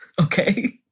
okay